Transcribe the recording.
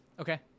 Okay